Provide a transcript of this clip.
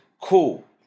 cool